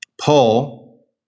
Paul